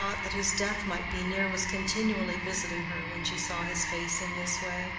the thought that his death might be near was continually visiting her when she saw his face in this way,